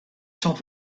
top